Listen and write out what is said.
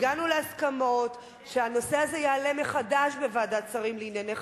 שהנושא הזה יעלה מחדש בוועדת שרים לענייני חקיקה,